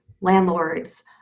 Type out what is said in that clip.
landlords